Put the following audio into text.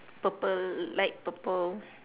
purple light purple